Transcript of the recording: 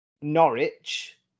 norwich